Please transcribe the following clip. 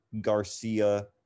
Garcia